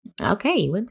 Okay